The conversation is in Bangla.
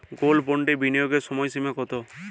গোল্ড বন্ডে বিনিয়োগের সময়সীমা কতো?